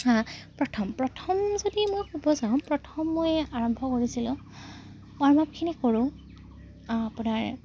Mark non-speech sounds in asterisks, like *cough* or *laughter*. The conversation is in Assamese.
*unintelligible* প্ৰথম প্ৰথম যদি মই ক'ব যাওঁ প্ৰথম মই আৰম্ভ কৰিছিলোঁ ৱাৰ্ম আপখিনি কৰোঁ আপোনাৰ